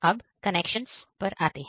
अब कनेक्शन पर आते हैं